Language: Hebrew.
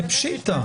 זה פשיטתא.